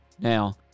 Now